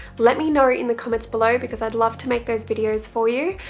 let me know in the comments below because i'd love to make those videos for you,